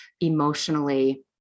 emotionally